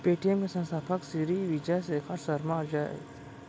Paytm के संस्थापक सिरी विजय शेखर शर्मा अय